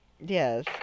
Yes